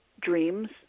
dreams